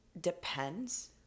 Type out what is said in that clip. depends